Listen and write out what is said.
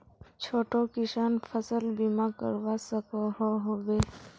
छोटो किसान फसल बीमा करवा सकोहो होबे?